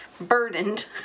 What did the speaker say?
Burdened